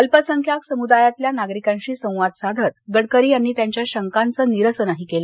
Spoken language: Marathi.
अल्पसंख्याक सम्रदायातल्या नागरिकांशी संवाद साधत गडकरी यांनी त्यांच्या शंकांचं निरसनही केलं